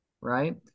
right